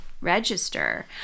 register